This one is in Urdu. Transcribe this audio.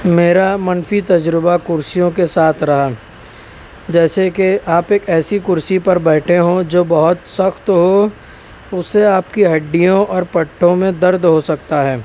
میرا منفی تجربہ کرسیوں کے ساتھ رہا جیسے کہ آپ ایک ایسی کرسی پر بیٹھے ہوں جو بہت سخت ہو اسے آپ کی ہڈیوں اور پٹوں میں درد ہو سکتا ہے